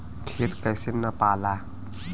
खेत कैसे नपाला?